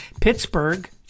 Pittsburgh